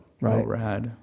Right